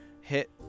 hit